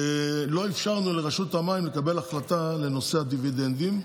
לא אפשרנו לרשות המים לקבל החלטה בנושא הדיבידנדים.